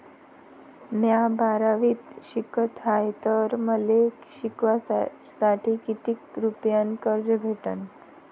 म्या बारावीत शिकत हाय तर मले शिकासाठी किती रुपयान कर्ज भेटन?